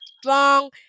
strong